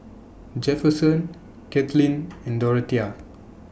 Jefferson Kathlene and Dorathea